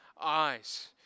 eyes